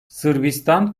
sırbistan